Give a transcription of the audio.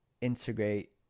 integrate